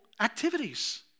activities